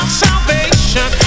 salvation